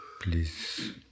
please